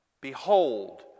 Behold